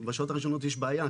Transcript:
בשעות הראשונות יש בעיה,